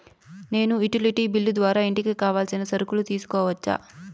నేను utility bill ద్వారా ఇంటికి కావాల్సిన సరుకులు తీసుకోవచ్చా?